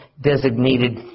designated